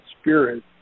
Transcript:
spirit